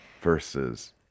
versus